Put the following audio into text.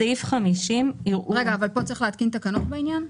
פה צריך להתקין תקנות בעניין?